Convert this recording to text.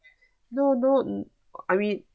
no no I mean